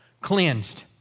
cleansed